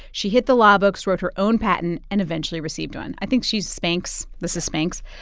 she hit the law books, wrote her own patent and eventually received one. i think she's spanx. this is spanx.